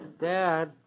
Dad